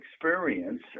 experience